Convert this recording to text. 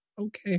Okay